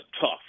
tough